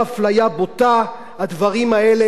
הדברים האלה הם יריקה בפרצופנו.